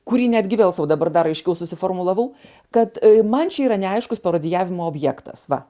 kurį netgi vėl sau dabar dar aiškiau susiformulavau kad man čia yra neaiškus parodijavimo objektas va